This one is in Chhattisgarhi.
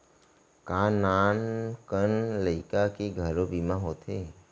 का नान कन लइका के घलो बीमा होथे?